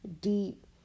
deep